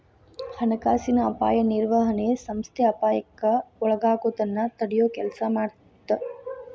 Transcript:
ಹಣಕಾಸಿನ ಅಪಾಯ ನಿರ್ವಹಣೆ ಸಂಸ್ಥೆ ಅಪಾಯಕ್ಕ ಒಳಗಾಗೋದನ್ನ ತಡಿಯೊ ಕೆಲ್ಸ ಮಾಡತ್ತ